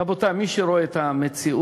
רבותי, מי שרואה את המציאות